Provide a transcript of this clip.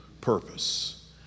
purpose